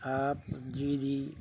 ਆਪ ਜੀ ਦੀ